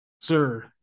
sir